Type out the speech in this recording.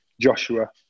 Joshua